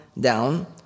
down